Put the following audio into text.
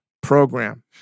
program